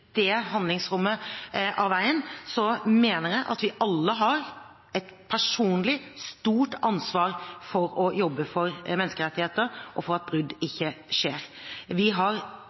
det handlingsrommet av veien, mener jeg at vi alle har et personlig, stort ansvar for å jobbe for menneskerettigheter og for at brudd ikke skjer. Vi har